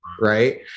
right